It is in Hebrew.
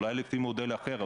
אולי לפי מודל אחר,